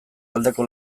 aldeko